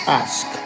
ask